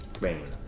rain